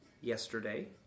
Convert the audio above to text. yesterday